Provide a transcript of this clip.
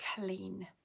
clean